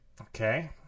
okay